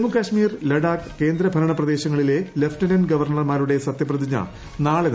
ജമ്മുകാശ്മീർ ലഡാക്ക് കേന്ദ്ര ഭരണ പ്രദേശങ്ങളിലെ ലഫ്റ്റനന്റ് ഗവർണർമാരുടെ സത്യപ്രതിജ്ഞ നാളെ നടക്കും